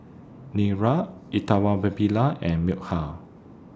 Niraj and Milkha